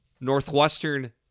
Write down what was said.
Northwestern